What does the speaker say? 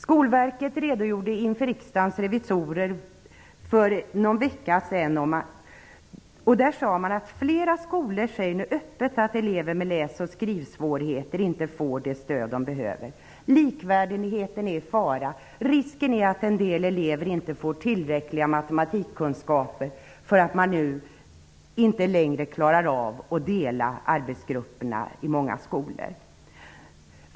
Skolverket redogjorde för någon vecka sedan inför Riksdagens revisorer för att flera skolor nu öppet säger att elever med läsoch skrivsvårigheter inte får det stöd de behöver. Likvärdigheten är i fara. Risken är att en del elever inte får tillräckliga matematikkunskaper för att man nu inte längre klarar av att dela arbetsgrupperna i många skolor.